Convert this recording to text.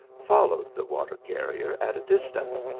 followed the water-carrier at a distance,